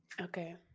Okay